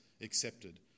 accepted